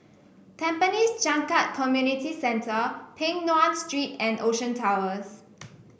Tampines Changkat Community Centre Peng Nguan Street and Ocean Towers